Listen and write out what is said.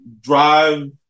drive